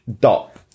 dot